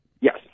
Yes